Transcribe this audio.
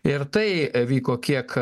ir tai vyko kiek